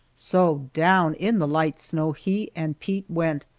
so down in the light snow he and pete went,